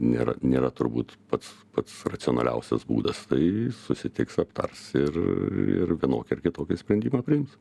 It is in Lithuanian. nėra nėra turbūt pats pats racionaliausias būdas tai susitiks aptars ir vienokį ar kitokį sprendimą priims